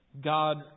God